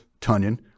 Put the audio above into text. Tunyon